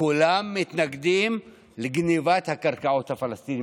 כולם מתנגדים לגנבת הקרקעות הפלסטיניות,